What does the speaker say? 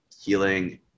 healing